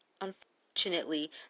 unfortunately